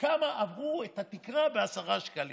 כמה עברו את התקרה בעשרה שקלים?